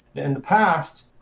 in the past,